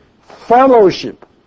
Fellowship